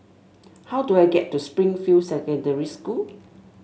how do I get to Springfield Secondary School